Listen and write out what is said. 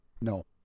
no